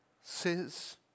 says